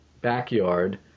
backyard